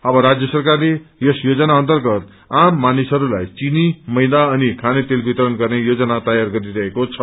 अब राज्य सरकारले यस योजना अर्न्तगत आम मानिसहरूलाई चिनी मैदा अनि चखानेतेल वितरण गर्ने योजना तयार गरिरहेको छ